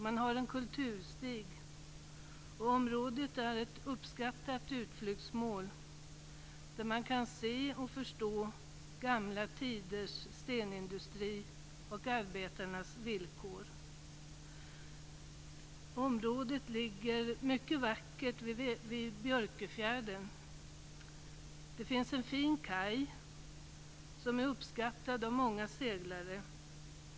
Man har anlagt en kulturstig, och området är ett uppskattat utflyktsmål, där man kan se och förstå gamla tiders stenindustri och stenarbetarnas villkor. Området ligger mycket vackert vid Björköfjärden. Där finns en fin kaj, som är uppskattad av många seglare.